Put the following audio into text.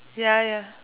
ya ya